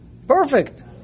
Perfect